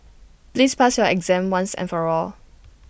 please pass your exam once and for all